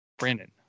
Brandon